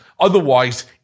Otherwise